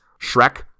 Shrek